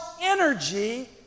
energy